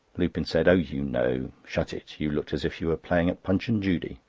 lupin said oh, you know. shut it. you looked as if you were playing at punch and judy.